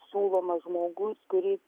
siūlomas žmogus kuris